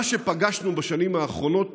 מה שפגשנו בשנים האחרונות